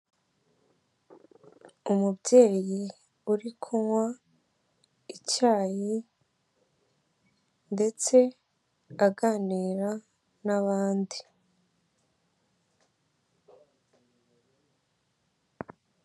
Umubyeyi uri kunywa icyayi ndetse aganira n'abandi.